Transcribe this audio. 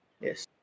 Yes